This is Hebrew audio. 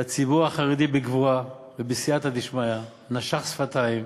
והציבור החרדי בגבורה ובסייעתא דשמיא נשך שפתיים